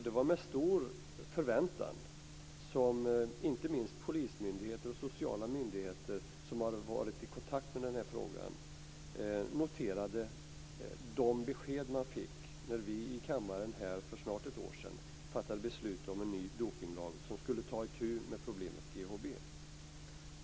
Det var med stor förväntan som inte minst polismyndigheten och sociala myndigheter som har varit i kontakt med den här frågan noterade det besked man fick när vi här i kammaren för snart ett år sedan fattade beslut om en ny dopningslag som skulle ta itu med problemet GHB.